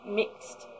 mixed